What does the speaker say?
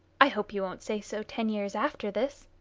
i hope you won't say so ten years after this.